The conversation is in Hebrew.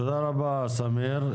תודה רבה, סמיח.